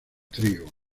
trigo